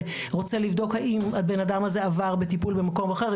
ורוצה לבדוק האם הבנאדם הזה עבר בטיפול במקום אחר,